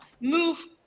move